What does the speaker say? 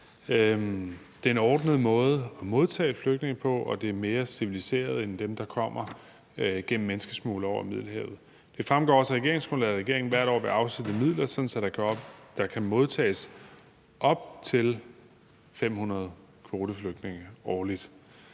Det er en ordnet måde at modtage flygtninge på, og det er mere civiliseret, end det er med dem, der gennem menneskesmuglere kommer over Middelhavet. Det fremgår også af regeringsgrundlaget, at regeringen hvert år vil afsætte midler, sådan at der kan modtages op til 500 kvoteflygtninge årligt.